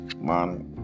Man